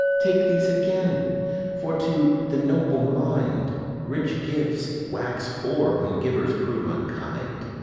take these again for to the noble mind rich gifts wax poor when givers prove unkind.